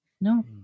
No